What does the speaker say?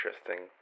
interesting